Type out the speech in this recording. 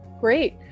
Great